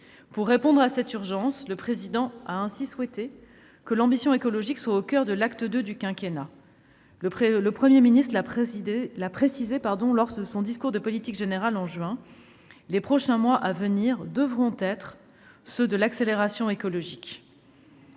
Pour répondre à une telle urgence, le Président de la République a souhaité que l'ambition écologique soit au coeur de l'acte II du quinquennat. Le Premier ministre l'a précisé dans son discours de politique générale au mois de juin : les mois à venir devront être ceux de l'accélération écologique.